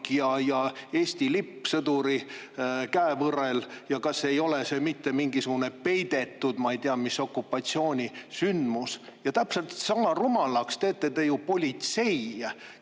ja Eesti lipp sõduri käevõrel, [ja mõtlevad, et] kas ei ole see mitte mingisugune peidetud ma ei tea mis okupatsiooni sündmus. Täpselt sama rumalaks teete te ju politsei,